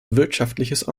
wirtschaftliches